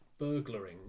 burglaring